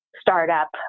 startup